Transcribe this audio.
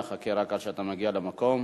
נחכה רק עד שאתה מגיע למקום.